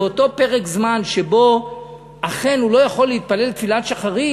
באותו פרק זמן שבו אכן הוא לא יכול להתפלל תפילת שחרית,